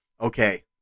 okay